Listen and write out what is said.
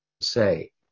say